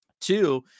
Two